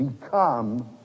become